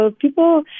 people